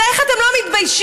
איך אתם לא מתביישים?